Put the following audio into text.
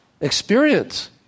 experience